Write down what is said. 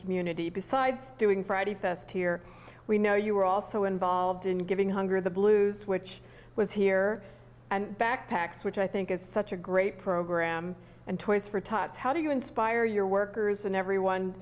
community besides doing friday fest here we know you were also involved in giving hunger the blues which was here and backpacks which i think is such a great program and toys for tots how do you inspire your workers and everyone